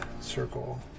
circle